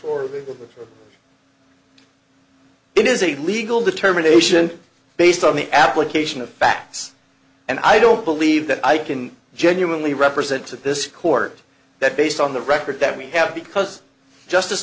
if it is a legal determination based on the application of facts and i don't believe that i can genuinely represent to this court that based on the record that we have because just